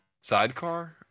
sidecar